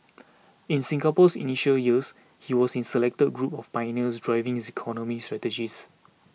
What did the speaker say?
in Singapore's initial years he was in select group of pioneers driving its economic strategies